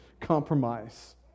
compromise